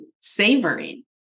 savoring